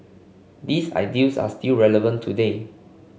these ideals are still relevant today